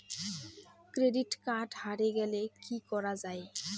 Credit card হারে গেলে কি করা য়ায়?